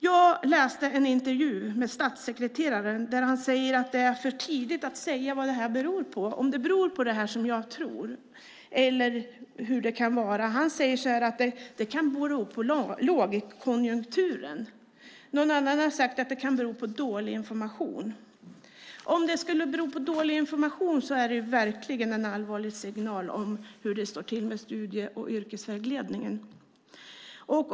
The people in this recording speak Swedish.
Jag läste en intervju med statssekreteraren där han säger att det är för tidigt att säga vad detta beror på - om det beror på det jag tror eller hur det kan vara. Han säger att det här kan bero på lågkonjunkturen. Någon annan har sagt att det kan bero på dålig information. Om den här situationen beror på dålig information är det verkligen en allvarlig signal över hur det står till med studie och yrkesvägledningen.